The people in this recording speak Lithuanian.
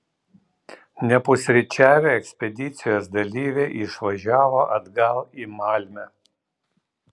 nepusryčiavę ekspedicijos dalyviai išvažiavo atgal į malmę